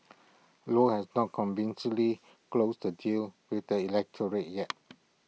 low has not convincingly closed the deal with the electorate yet